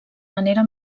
manera